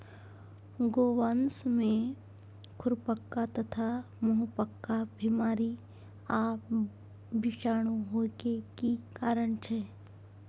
गोवंश में खुरपका तथा मुंहपका बीमारी आ विषाणु होय के की कारण छै?